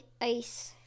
Ice